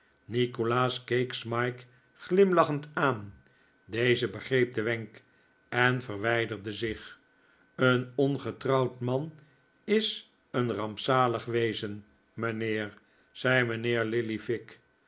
nikolaas keek smike glimlachend aan deze begreep den wenk en verwijderde zich een ongetrouwd man is een rampzalig wezen mijnheer zei mijnheer lillyvick